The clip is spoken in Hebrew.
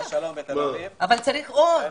אבל צריך עוד.